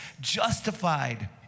justified